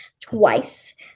twice